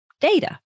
data